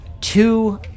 two